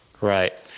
right